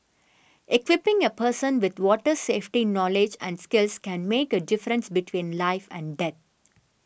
equipping a person with water safety knowledge and skills can make a difference between life and death